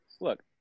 look